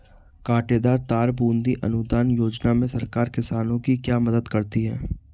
कांटेदार तार बंदी अनुदान योजना में सरकार किसान की क्या मदद करती है?